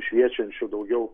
šviečiančių daugiau